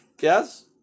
yes